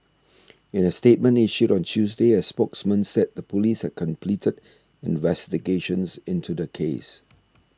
in a statement issued on Tuesday a spokesman said the police had completed investigations into the case